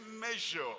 measure